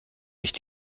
ich